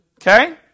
Okay